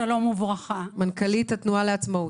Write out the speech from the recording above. לרנר, מנכ"לית התנועה לעצמאות.